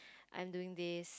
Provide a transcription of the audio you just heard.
I'm doing this